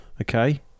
Okay